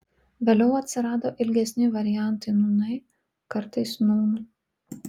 vėliau atsirado ilgesni variantai nūnai kartais nūn